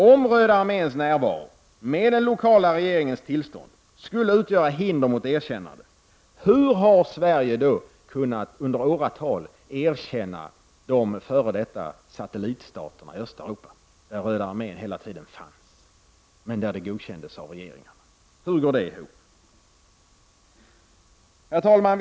Om Röda arméns närvaro med den lokala regeringens tillstånd skulle utgöra hinder mot erkännande — hur har Sverige då i åratal kunnat erkänna de f.d. satellitstaterna i Östeuropa, där Röda armén hela tiden fanns men där det godkändes av regeringarna? Hur går det ihop? Herr talman!